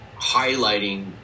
highlighting